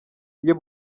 iyo